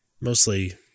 Mostly